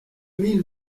mille